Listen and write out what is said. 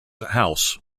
house